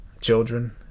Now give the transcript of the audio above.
children